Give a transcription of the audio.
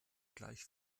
gleich